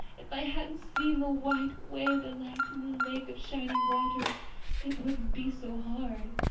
if i hadn't seen the white way of delight and the lake of shining waters it wouldn't be so hard.